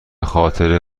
خاطر